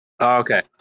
Okay